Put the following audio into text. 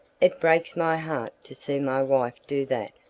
it breaks my heart to see my wife do that,